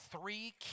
three